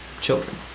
children